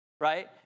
Right